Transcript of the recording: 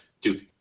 Duke